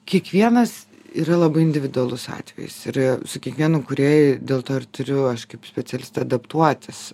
kiekvienas yra labai individualus atvejis ir su kiekvienu kūrėjai dėl to ir turiu aš kaip specialistė adaptuotis